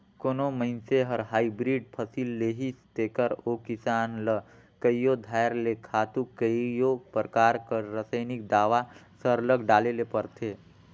कोनो मइनसे हर हाईब्रिड फसिल लेहिस तेकर ओ किसान ल कइयो धाएर ले खातू कइयो परकार कर रसइनिक दावा सरलग डाले ले परथे